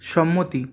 সম্মতি